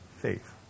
faith